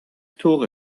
tore